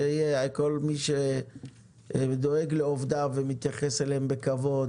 שיהיה לכל מי שדואג לעובדיו ומתייחס אליהם בכבוד